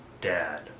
dad